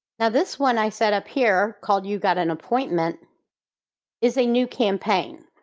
now this one i set up here called you got an appointment is a new campaign.